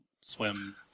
swim